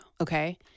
okay